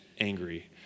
angry